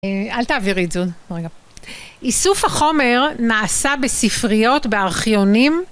אל תעבירי את זאת, רגע. איסוף החומר נעשה בספריות, בארכיונים.